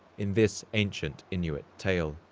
in this ancient inuit tale